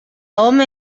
home